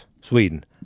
Sweden